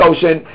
Ocean